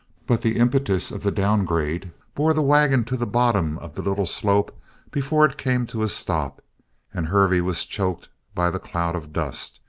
but the impetus of the downgrade bore the wagon to the bottom of the little slope before it came to a stop and hervey was choked by the cloud of dust.